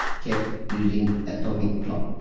kept using atomic clock.